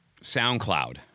SoundCloud